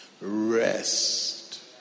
Rest